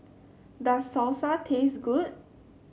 does Salsa taste good